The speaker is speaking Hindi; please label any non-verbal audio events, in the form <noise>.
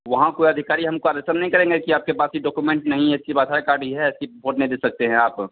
वहाँ कोई अधिकारी हमको <unintelligible> नहीं करेंगे की आपके पास ये डोकुमेंट नहीं है <unintelligible> है की भोटे नहीं दे सकते हें आप